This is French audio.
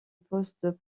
post